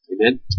Amen